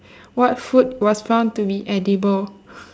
what food was found to be edible